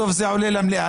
בסוף זה עולה למליאה.